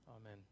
Amen